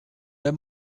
der